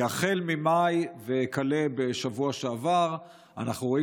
כי החל ממאי וכלה בשבוע שעבר אנחנו רואים